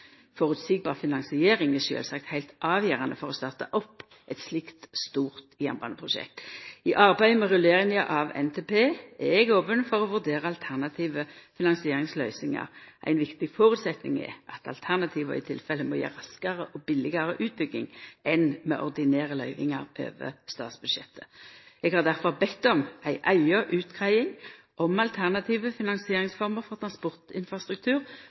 finansiering er sjølvsagt heilt avgjerande for å starta opp eit slikt stort jernbaneprosjekt. I arbeidet med rulleringa av Nasjonal transportplan er eg open for å vurdera alternative finansieringsløysingar. Ein viktig føresetnad er at alternativa i tilfelle må gje raskare og billegare utbygging enn med ordinære løyvingar over statsbudsjettet. Eg har difor bedt om ei eiga utgreiing om alternative finansieringsformer for transportinfrastruktur